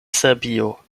serbio